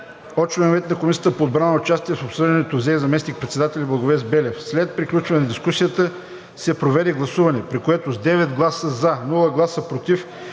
членовете на Комисията по отбрана участие в обсъждането взе заместник-председателят Благовест Белев. След приключване на дискусията се проведе гласуване, при което с 9 гласа „за“, без гласове „против“